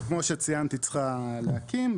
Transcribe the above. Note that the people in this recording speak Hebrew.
כמו שציינת צריכה להקים,